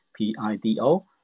PIDO